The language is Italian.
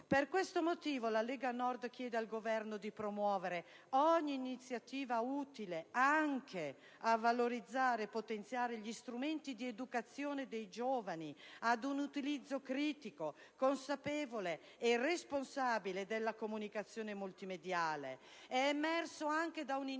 Per questo motivo, la Lega Nord chiede al Governo di promuovere ogni iniziativa utile anche a valorizzare e potenziare gli strumenti di educazione dei giovani ad un utilizzo critico, consapevole e responsabile della comunicazione multimediale. È emerso anche da un'indagine